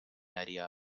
idea